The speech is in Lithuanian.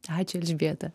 ačiū elžbieta